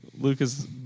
Lucas